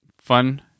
Fun